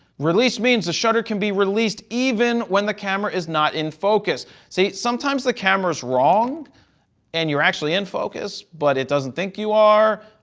release means the shutter can be released even when the camera is not in focus, say, sometimes the camera is wrong and you're actually in focus, but it doesn't think you are,